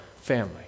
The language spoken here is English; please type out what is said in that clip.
family